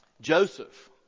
Joseph